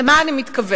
למה אני מתכוונת?